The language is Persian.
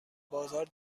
بازار